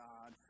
God